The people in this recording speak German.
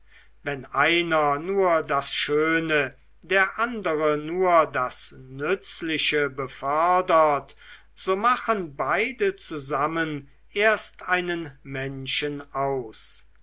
wenn einer nur das schöne der andere nur das nützliche befördert so machen beide zusammen erst einen menschen aus